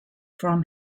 from